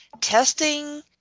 testing